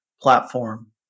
platform